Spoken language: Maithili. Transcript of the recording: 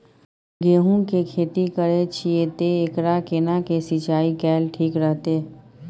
गेहूं की खेती करे छिये ते एकरा केना के सिंचाई कैल ठीक रहते?